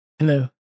Hello